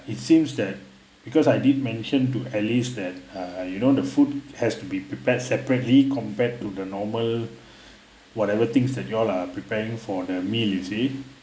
it seems that because I did mentioned to alice that uh you know the food has to be prepared separately compared to the normal whatever things that you all are preparing for the meal you see